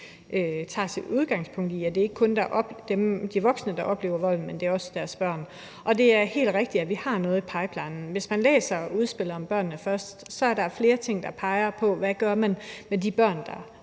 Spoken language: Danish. tager sit udgangspunkt i. Det er ikke kun de voksne, der oplever volden, men også deres børn. Og det er helt rigtigt, at vi har noget i pipelinen. Hvis man læser udspillet om at sætte børnene først, er der flere ting, der peger på, hvad man gør ved de børn, der